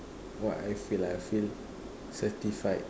what I feel ah I feel satisfied